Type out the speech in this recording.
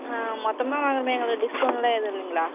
மொத்தமாக வாங்கறோமே எங்களுக்கு டிஸ்கௌண்ட்லாம் எதுவும் இல்லைங்களா